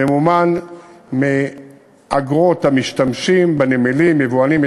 הממומן מאגרות המשתמשים בנמלים: יבואנים,